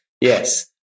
Yes